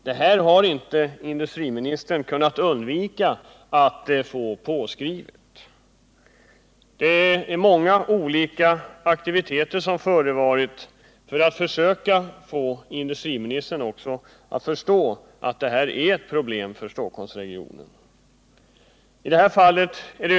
Det har inte industriministern kunnat undvika att få påskrivet för. Genom många olika aktiviteter har man försökt få industriministern att förstå att detta är ett problem för Stockholmsregionen.